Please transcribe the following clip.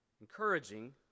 encouraging